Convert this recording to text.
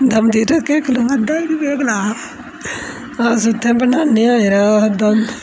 अस उत्थै बनाने आं यरा